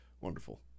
Wonderful